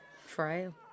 Frail